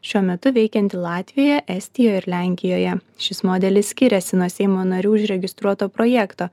šiuo metu veikiantį latvijoje estijoje ir lenkijoje šis modelis skiriasi nuo seimo narių užregistruoto projekto